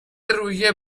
روحیه